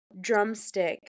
Drumstick